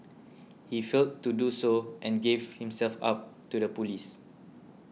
he failed to do so and gave himself up to the police